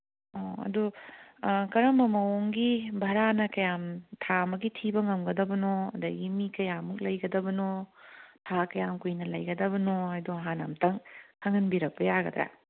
ꯑꯣ ꯑꯗꯨ ꯀꯔꯝꯕ ꯃꯑꯣꯡꯒꯤ ꯚꯔꯥꯅ ꯀꯌꯥꯝ ꯊꯥ ꯑꯃꯒꯤ ꯊꯤꯕ ꯉꯝꯒꯗꯕꯅꯣ ꯑꯗꯒꯤ ꯃꯤ ꯀꯌꯥꯃꯨꯛ ꯂꯩꯒꯗꯕꯅꯣ ꯊꯥ ꯀꯌꯥꯝ ꯀꯨꯏꯅ ꯂꯩꯒꯗꯕꯅꯣꯗꯣ ꯍꯥꯟꯅ ꯑꯝꯇꯪ ꯈꯪꯍꯟꯕꯤꯔꯛꯄ ꯌꯥꯒꯗ꯭ꯔꯥ